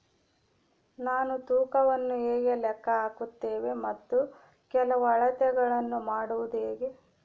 ನಾವು ತೂಕವನ್ನು ಹೇಗೆ ಲೆಕ್ಕ ಹಾಕುತ್ತೇವೆ ಮತ್ತು ಕೆಲವು ಅಳತೆಗಳನ್ನು ಮಾಡುವುದು ಹೇಗೆ?